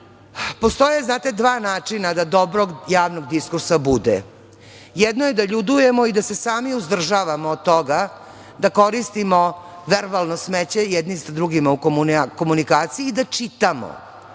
postoje dva načina da dobrog javnog diskursa bude. Jedno je da ljudujemo i da se sami uzdržavamo od toga da koristimo verbalno smeće jedni sa drugima u komunikaciji i da čitamo.